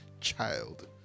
child